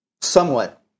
somewhat